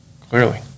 clearly